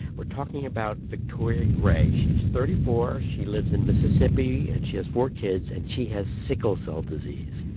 we're talking about victoria gray. she's thirty four. she lives in mississippi. and she has four kids. and she has sickle cell disease.